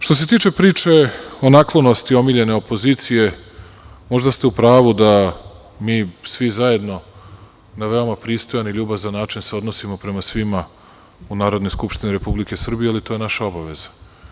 Što se tiče priče o naklonosti omiljene opozicije, možda ste u pravu da se mi svi zajedno na veoma pristojan i ljubazan način odnosimo prema svima u Narodnoj skupštini Republike Srbije, ali to je naša obaveza.